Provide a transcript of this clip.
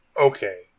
Okay